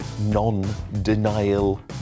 non-denial